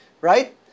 right